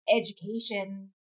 education